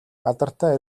алдартай